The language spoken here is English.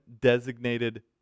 designated